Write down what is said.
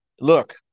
Look